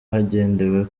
hagendewe